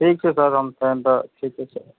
ठीक छै सर हम तहन तऽ ठीके छै